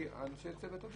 אנשי צוות אוויר?